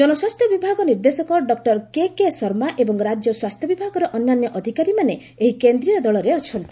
ଜନସ୍ୱାସ୍ଥ୍ୟ ବିଭାଗ ନିର୍ଦ୍ଦେଶକ ଡକ୍ଟର କେକେ ଶର୍ମା ଏବଂ ରାଜ୍ୟ ସ୍ୱାସ୍ଥ୍ୟ ବିଭାଗର ଅନ୍ୟାନ୍ୟ ଅଧିକାରୀମାନେ ଏହି କେନ୍ଦ୍ରୀୟ ଦଳରେ ସାମିଲ ଅଛନ୍ତି